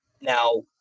Now